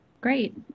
Great